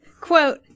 Quote